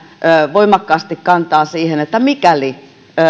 voimakkaasti kantaa siihen että mikäli